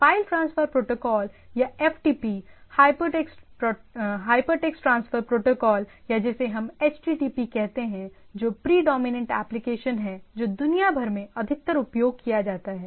file transfer protocol या FTP hypertext transfer protocol या जिसे हम एचटीटीपी कहते हैं जो प्रीडोमिनेंट एप्लीकेशन है जो दुनिया भर में अधिकतर उपयोग किया जाता है